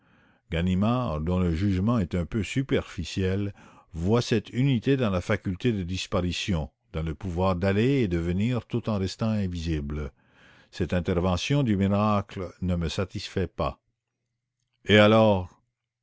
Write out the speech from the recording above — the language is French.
ganimard dont le jugement est un peu superficiel voit cette unité dans la faculté de disparition dans le pouvoir d'aller et de venir tout en restant invisible cette intervention du miracle ne me satisfait pas et alors